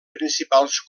principals